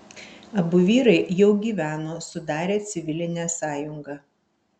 abu vyrai jau gyveno sudarę civilinę sąjungą